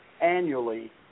annually